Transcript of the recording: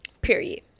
Period